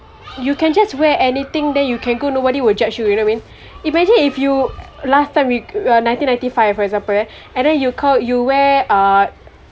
you can just wear anything then you can go nobody would judge you you know what I mean imagine if you last time you nineteen ninety five for example eh and then you call you wear uh